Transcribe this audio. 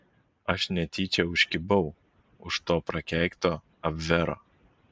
aš netyčia užkibau už to prakeikto abvero